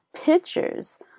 pictures